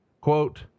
quote